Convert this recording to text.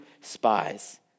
spies